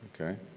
Okay